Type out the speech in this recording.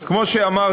אז כמו שאמרתי,